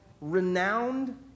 renowned